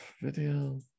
video